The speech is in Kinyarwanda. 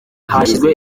hashyizwe